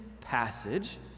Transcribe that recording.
passage